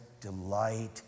delight